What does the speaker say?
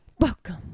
welcome